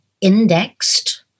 indexed